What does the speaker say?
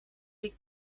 liegt